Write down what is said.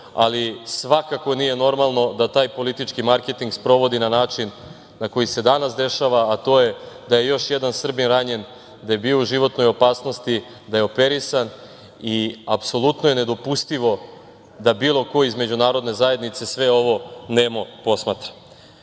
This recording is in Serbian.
Ali, svakako nije normalno da taj politički marketing sprovodi na način koji se danas dešava, a to je da je još jedan Srbin ranjen, da je bio u životnoj opasnosti, da je operisan, apsolutno je nedopustivo da bilo ko iz međunarodne zajednice sve ovo nemo posmatra. Što